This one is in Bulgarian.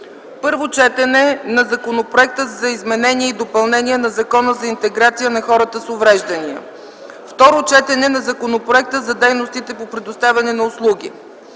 Първо четене на Законопроекта за изменение и допълнение на Закона за интеграция на хората с увреждания. 5. Второ четене на Законопроекта за дейностите по предоставяне на услуги.